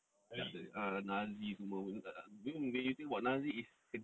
err nazi semua when you think of nazi is